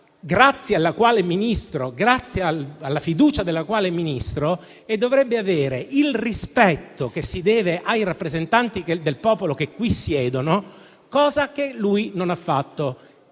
grazie alla fiducia della quale egli è Ministro, dovrebbe avere il rispetto che si deve ai rappresentanti del popolo che qui siedono: cosa che lui non ha fatto.